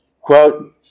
quote